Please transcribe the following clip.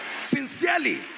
sincerely